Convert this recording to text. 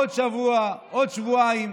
עוד שבוע, עוד שבועיים,